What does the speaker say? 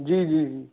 جی جی جی